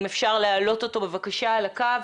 אם אפשר להעלות אותו בבקשה על הקו.